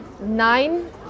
nine